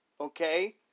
okay